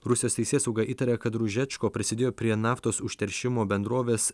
rusijos teisėsauga įtaria kad ružečko prisidėjo prie naftos užteršimo bendrovės